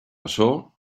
açò